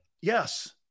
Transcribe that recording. Yes